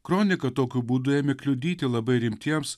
kronika tokiu būdu ėmė kliudyti labai rimtiems